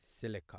Silica